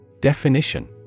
Definition